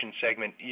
segment